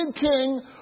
king